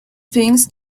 things